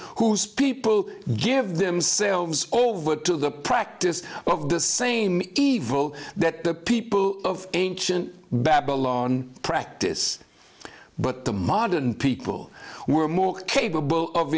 whose people give themselves over to the practice of the same evil that the people of ancient babylon practice but the modern people were more capable of